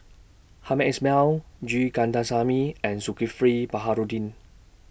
Hamed Ismail G Kandasamy and Zulkifli Baharudin